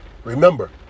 Remember